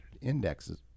indexes